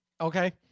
Okay